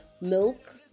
milk